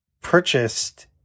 purchased